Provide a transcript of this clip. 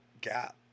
gap